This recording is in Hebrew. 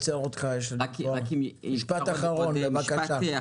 משפט אחרון בבקשה.